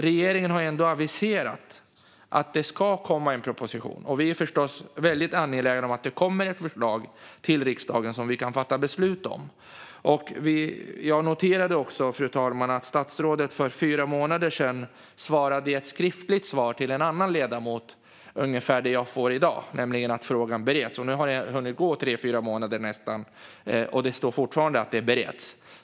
Regeringen har dock aviserat att det ska komma en proposition, och vi är förstås väldigt angelägna om att det kommer ett förslag till riksdagen som vi sedan kan fatta beslut om. Jag noterar också att statsrådet för fyra månader sedan lämnade ett skriftligt svar till en annan ledamot som löd ungefär som det svar jag fick i dag, nämligen att frågan bereds. Nu har det nästan hunnit gå fyra månader, och det sägs fortfarande att det bereds.